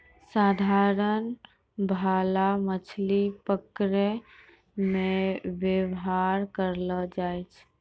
साधारण भाला मछली पकड़ै मे वेवहार करलो जाय छै